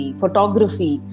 photography